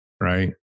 Right